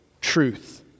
truth